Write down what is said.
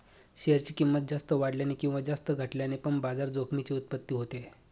share ची किंमत जास्त वाढल्याने किंवा जास्त घटल्याने पण बाजार जोखमीची उत्पत्ती होते